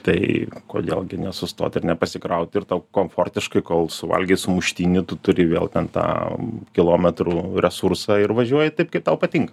tai kodėl gi nesustot ir nepasikraut ir tau komfortiškai kol suvalgei sumuštinį tu turi vėl ten tą kilometrų resursą ir važiuoji taip kaip tau patinka